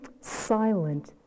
silent